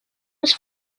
was